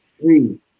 three